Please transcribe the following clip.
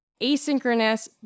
asynchronous